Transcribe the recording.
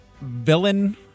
Villain